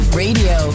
radio